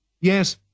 Yes